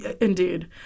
Indeed